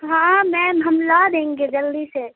ہاں میم ہم لا دیں گے جلدی سے